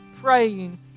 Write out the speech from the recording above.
praying